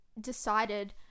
decided